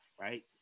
right